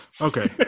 Okay